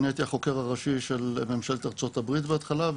אני הייתי החוקר הראשי של ממשלת ארצות הברית בהתחלה,